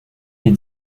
les